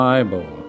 Bible